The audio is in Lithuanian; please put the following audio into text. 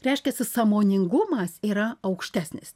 reiškiasi sąmoningumas yra aukštesnis